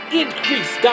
increase